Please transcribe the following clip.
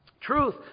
Truth